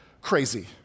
crazy